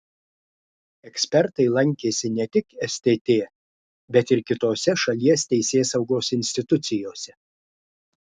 ekspertai lankėsi ne tik stt bet ir kitose šalies teisėsaugos institucijose